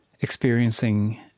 experiencing